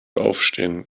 aufstehen